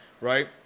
Right